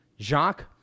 Jacques